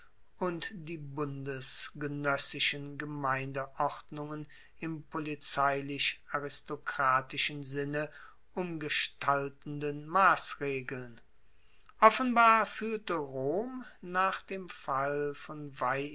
und die bundesgenoessischen gemeindeordnungen im polizeilich aristokratischen sinne umgestaltenden massregeln offenbar fuehlte rom nach dem fall von